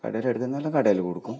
കടയിൽ എടുക്കുന്ന എല്ലാം കടയിൽ കൊടുക്കും